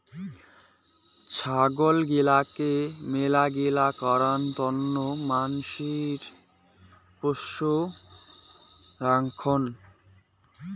ছাগল গিলাকে মেলাগিলা কারণ তন্ন মানসি পোষ্য রাখঙ